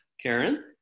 Karen